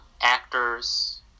actors